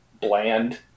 bland